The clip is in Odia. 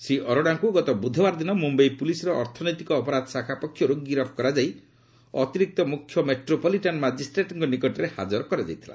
ଶ୍ରୀ ଅରୋଡାଙ୍କୁ ଗତ ବୁଧବାର ଦିନ ମୁମ୍ବାଇ ପୁଲିସର ଅର୍ଥନୈତିକ ଅପରାଧ ଶାଖା ପକ୍ଷରୁ ଗିରଫ କରାଯାଇ ଅତିରିକ୍ତ ମୁଖ୍ୟ ମେଟ୍ରୋପଲିଟାନ ମାଜିଷ୍ଟ୍ରେଟଙ୍କ ନିକଟରେ ହାଜର କରାଯାଇଥିଲା